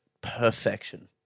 perfection